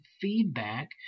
feedback